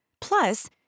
Plus